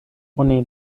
oni